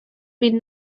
been